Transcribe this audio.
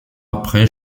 après